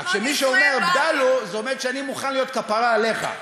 מי שאומר "בְּדַאלֺה" זה אומר: אני מוכן להיות כפרה עליך.